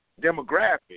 demographic